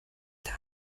der